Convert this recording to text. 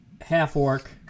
half-orc